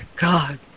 God